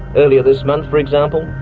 earlier this month, for example,